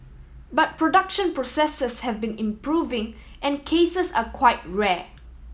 but production processes have been improving and cases are quite rare